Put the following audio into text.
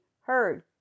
heard